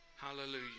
Hallelujah